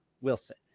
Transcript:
Wilson